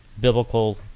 biblical